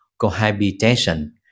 cohabitation